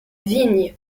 vigne